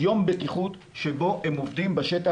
יום בטיחות שבו הם עובדים בשטח,